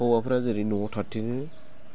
हौवाफ्रा जेरै न'आव थाथिंनो